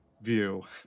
view